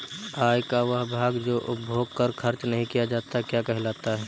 आय का वह भाग जो उपभोग पर खर्च नही किया जाता क्या कहलाता है?